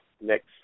next